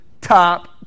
top